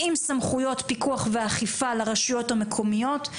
עם סמכויות פיקוח ואכיפה לרשויות המקומיות,